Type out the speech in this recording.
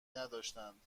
نداشتند